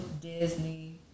Disney